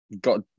got